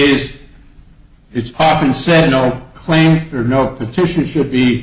there it's often said no claim or no petition should be